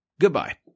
Goodbye